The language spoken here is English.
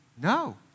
No